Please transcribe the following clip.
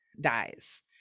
dies